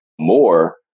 more